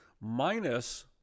minus